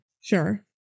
Sure